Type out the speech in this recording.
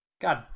God